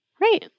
Right